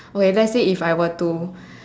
okay let's say if I were to